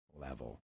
level